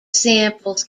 samples